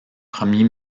premier